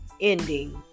ending